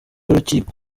y’urukiko